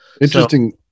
Interesting